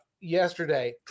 yesterday